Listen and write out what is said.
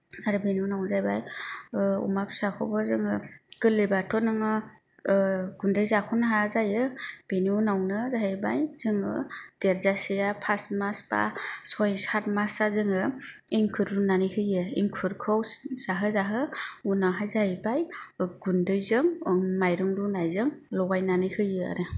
आरो बेनि उनाव जाहैबाय अमा फिसाखौबो जोङो गोरलैबाथ' नोङो गुन्दै जाखनो हाया जायो बेनि उनावनो जाहैबाय जोङो देरजासेया फास मास बा सय सात मासा जोङो एंखुर रुनानै होयो एंखुरखौ जाहो जाहो उनावहाय जाहैबाय गुन्दैजों माइरं रुनायजों लगायनानै होयो आरो